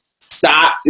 stop